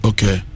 Okay